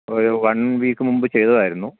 ഒരു one week മുൻപ് ചെയ്തതായിരുന്നു